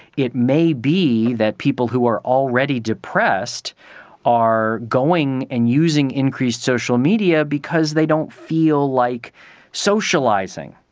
it may be that people who are already depressed are going and using increased social media because they don't feel like socialising.